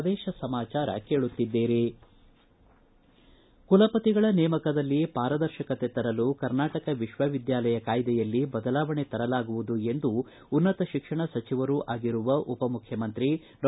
ಪ್ರದೇಶ ಸಮಾಚಾರ ಕೇಳುತ್ತಿದ್ದೀರಿ ಕುಲಪತಿಗಳ ನೇಮಕದಲ್ಲಿ ಪಾರದರ್ಶಕತೆ ತರಲು ಕರ್ನಾಟಕ ವಿಶ್ವವಿದ್ಯಾಲಯ ಕಾಯ್ದೆಯಲ್ಲಿ ಬದಲಾವಣೆ ತರಲಾಗುವುದುಎಂದು ಉನ್ನತ ಶಿಕ್ಷಣ ಸಚಿವರೂ ಆಗಿರುವ ಉಪ ಮುಖ್ಯಮಂತ್ರಿ ಡಾ